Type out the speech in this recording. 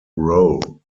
row